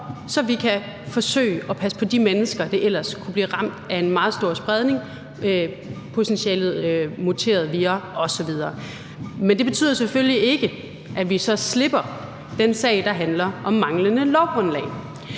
så vi kan forsøge at passe på de mennesker, der ellers kunne blive ramt af en meget stor spredning, potentielle muterede vira osv. Men det betyder selvfølgelig ikke, at vi så slipper den sag, der handler om manglende lovgrundlag.